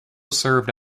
served